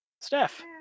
Steph